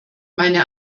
meine